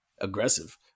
aggressive